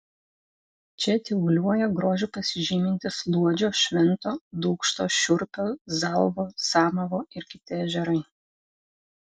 čia tyvuliuoja grožiu pasižymintys luodžio švento dūkšto šiurpio zalvo samavo ir kiti ežerai